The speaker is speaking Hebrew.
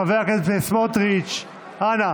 חבר הכנסת סמוטריץ', אנא